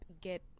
get